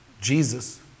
Jesus